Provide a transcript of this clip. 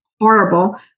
horrible